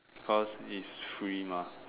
cause it's free mah